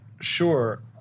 Sure